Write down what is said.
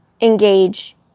engage